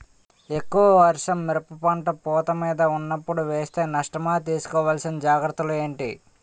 ఎక్కువ వర్షం మిరప పంట పూత మీద వున్నపుడు వేస్తే నష్టమా? తీస్కో వలసిన జాగ్రత్తలు ఏంటి?